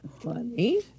funny